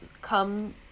come